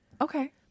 Okay